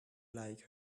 like